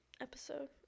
episode